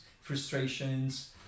frustrations